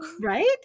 right